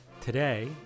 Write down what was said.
Today